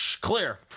clear